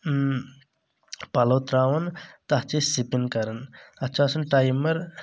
پَلو ترٛاوان تَتھ چھ أسۍ سِپِن کران تَتھ چھ آسان ٹایمر